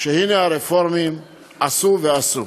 שהנה הרפורמים עשו ועשו.